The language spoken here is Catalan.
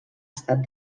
estat